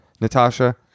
Natasha